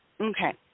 Okay